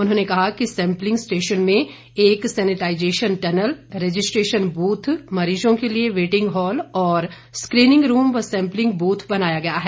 उन्होंने कहा कि सैंपलिंग स्टेशन में एक सैनेटाईजेशन टनल रजिस्ट्रेशन बूथ मरीजों के लिए वेटिंग हॉल और स्क्रीनिंग रूम व सैंपलिंग बूथ बनाया गया है